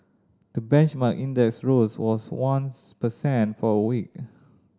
the benchmark index rose was one's per cent for a week